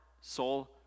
soul